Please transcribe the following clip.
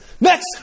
next